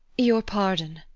your pardon.